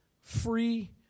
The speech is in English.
free